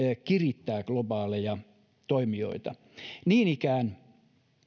kirittää globaaleja toimijoita niin ikään